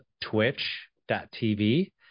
twitch.tv